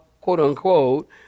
quote-unquote